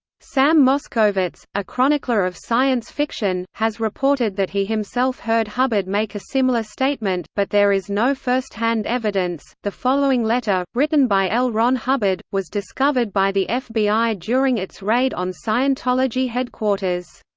sam moskowitz, a chronicler of science fiction, has reported that he himself heard hubbard make a similar statement, but there is no first-hand evidence the following letter, written by l. ron hubbard, was discovered by the fbi during its raid on scientology headquarters.